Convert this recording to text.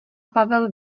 pavel